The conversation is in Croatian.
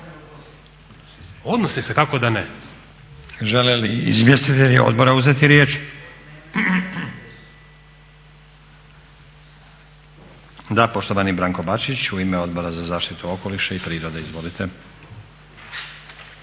Odnosi se, kako da ne.